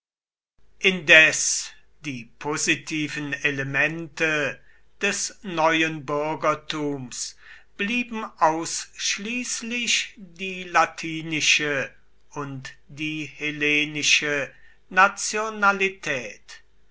indes die positiven elemente des neuen bürgertums blieben ausschließlich die latinische und die hellenische nationalität